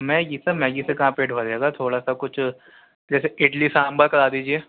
Maggi sir Maggi سے کہاں پیٹ بھرے گا تھوڑا سا کچھ جیسے اڈلی سانبر کرا دیجیے